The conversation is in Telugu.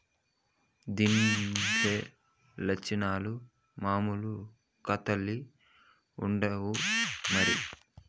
దీన్లుండే లచ్చనాలు మామూలు కాతాల్ల ఉండవు మరి